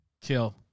kill